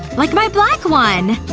like my black one!